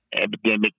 epidemic